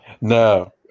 No